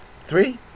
three